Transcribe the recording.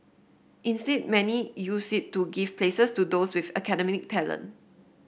instead many use it to give places to those with academic talent